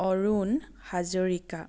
Arun Hazarika